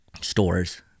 stores